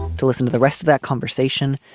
to listen to the rest of that conversation,